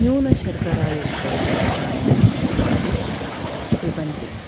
न्यूनशर्करायुक्तं चायं सर्वे पिबन्ति